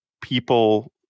people